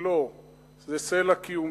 ושילה זה סלע קיומנו,